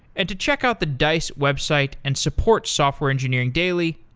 and to check out the dice website and support software engineering daily,